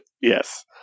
Yes